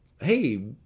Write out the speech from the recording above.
hey